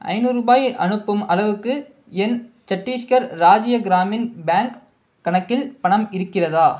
ஐநூறு ரூபாயை அனுப்பும் அளவுக்கு என் சட்டீஸ்கர் ராஜ்ய கிராமின் பேங்க் கணக்கில் பணம் இருக்கிறதா